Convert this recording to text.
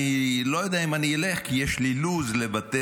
אני לא יודע אם אני אלך כי יש לי לו"ז לבטל.